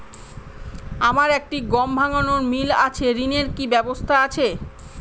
আমার একটি গম ভাঙানোর মিল আছে ঋণের কি ব্যবস্থা আছে?